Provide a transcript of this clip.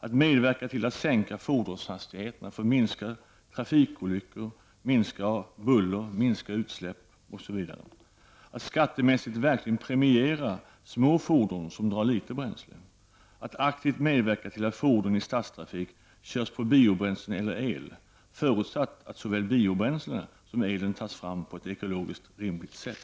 att medverka till att sänka fordonshastigheterna för att minska trafikolyckor, minska buller, utsläpp osv., -- att skattemässigt verkligen premiera små fordon som drar litet bränsle, -- att aktivt medverka till att fordon i stadstrafik körs på biobränslen eller el, förutsatt att såväl biobränslena som elen tas fram på ett ekologiskt rimligt sätt?